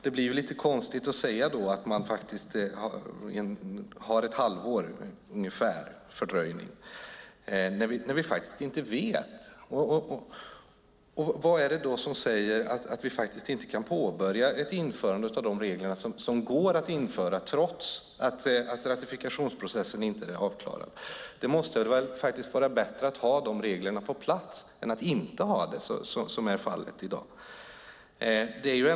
Det blir då lite konstigt att säga att man har ungefär ett halvårs fördröjning, när vi faktiskt inte vet. Vad är det då som säger att vi inte kan påbörja ett införande av de regler som går att införa trots att ratifikationsprocessen inte är avklarad? Det måste vara bättre att ha de reglerna på plats än att inte ha det, som är fallet i dag.